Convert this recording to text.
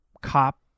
cop